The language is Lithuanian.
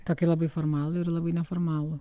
tokį labai formalų ir labai neformalų